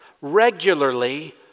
regularly